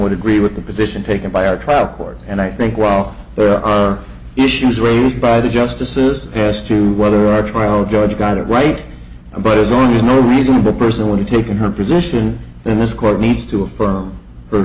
would agree with the position taken by a trial court and i think while there are issues raised by the justices as to whether our trial judge got it right but as long as no reasonable person would have taken her position then this court needs to affirm he